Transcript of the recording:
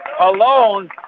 alone